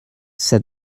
said